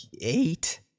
eight